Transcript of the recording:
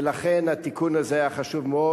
ולכן התיקון הזה היה חשוב מאוד.